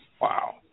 Wow